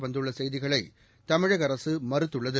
வந்துள்ள செய்திகளை தமிழக அரசு மறுத்துள்ளது